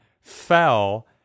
fell